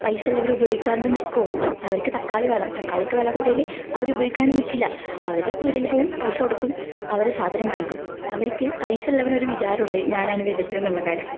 പൈസയുള്ളവർ ഉപയോഗിക്കാണ്ട് നിക്കോ അവർക്ക് തക്കാളി വേണം തക്കാളിക്ക് വില കൂടിയാൽ അവർ ഉപയോഗിക്കാണ്ടും നിക്കില്ല അവർ പിടികേല് പോകും പൈസ കൊടുക്കും അവർ സാധനം വാങ്ങിക്കും അവർക്ക് പൈസയുള്ളവന് ഒരു വിചാരമുണ്ട് ഞാനാണ് വലുതെന്നുള്ള കാര്യം